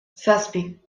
zazpi